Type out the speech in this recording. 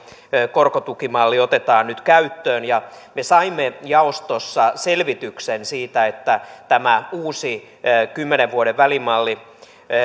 korkotukimalli otetaan nyt käyttöön me saimme jaostossa selvityksen siitä että tämä uusi kymmenen vuoden välimalli